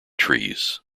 trees